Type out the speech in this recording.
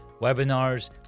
webinars